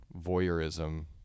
voyeurism